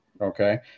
Okay